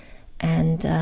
and